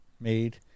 made